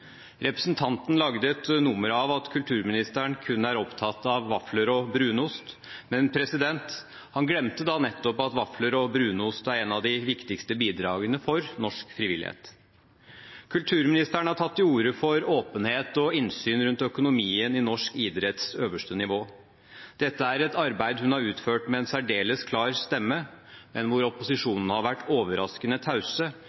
Representanten lagde et nummer av at kulturministeren kun er opptatt av vafler og brunost, men han glemte da at nettopp vafler og brunost er et av de viktigste bidragene for norsk frivillighet. Kulturministeren har tatt til orde for åpenhet og innsyn rundt økonomien i norsk idretts øverste nivå. Dette er et arbeid hun har utført med en særdeles klar stemme, men hvor